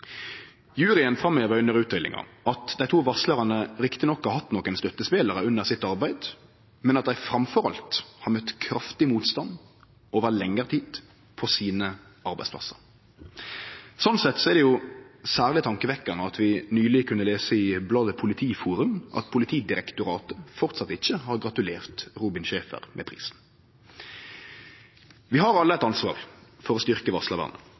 under utdelinga at dei to varslarane rett nok har hatt nokre støttespelarar under sitt arbeid, men at dei framfor alt har møtt kraftig motstand over lengre tid på arbeidsplassane sine. Slik sett er det særleg tankevekkjande at vi nyleg kunne lese i bladet Politiforum at Politidirektoratet framleis ikkje har gratulert Robin Schaefer med prisen. Vi har alle eit ansvar for å